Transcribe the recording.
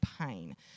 pain